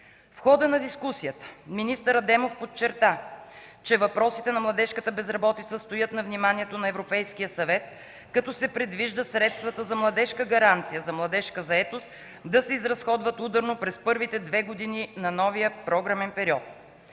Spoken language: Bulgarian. В хода на дискусията министър Адемов подчерта, че въпросите на младежката безработица стоят на вниманието на Европейския съвет, като се предвижда средствата за „Младежка гаранция за младежка заетост” да се изразходват ударно през първите две години на новия програмен период.